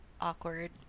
awkward